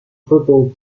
football